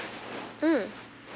mm